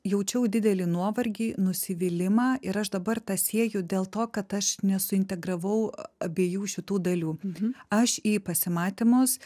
jaučiau didelį nuovargį nusivylimą ir aš dabar tą sieju dėl to kad aš nesuintegravau abiejų šitų dalių aš į pasimatymus